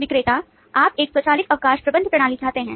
विक्रेता आप एक स्वचालित अवकाश प्रबंधन प्रणाली चाहते हैं